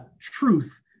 truth